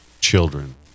children